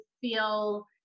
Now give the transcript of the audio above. feel